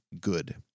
good